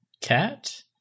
Cat